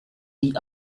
dit